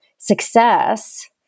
success